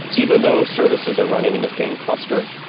even though services are running in the same cluster,